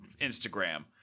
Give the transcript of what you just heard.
Instagram